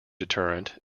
deterrent